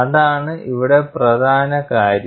അതാണ് ഇവിടെ പ്രധാന കാര്യം